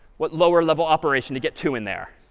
what lower level operation to get two in there?